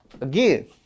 again